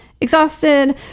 exhausted